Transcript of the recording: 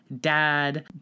dad